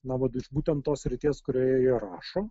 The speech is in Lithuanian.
na vat iš būtent tos srities kurioje jie rašo